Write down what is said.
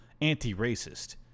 anti-racist